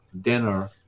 dinner